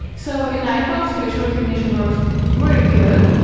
so an iphone's facial recognition works very good,